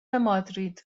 مادرید